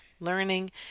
Learning